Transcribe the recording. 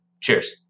Cheers